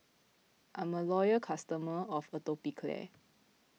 I'm a loyal customer of Atopiclair